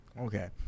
Okay